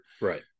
Right